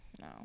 No